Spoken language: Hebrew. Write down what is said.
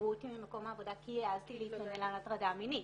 ופיטרו אותי ממקום העבודה כי העזתי להתלונן על הטרדה מינית.